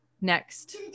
next